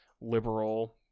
liberal